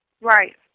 Right